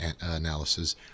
analysis